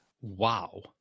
Wow